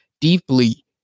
deeply